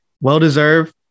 well-deserved